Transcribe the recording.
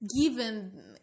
given